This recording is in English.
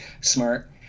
smart